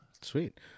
Sweet